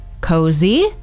cozy